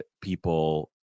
People